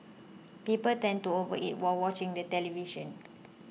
people tend to overeat while watching the television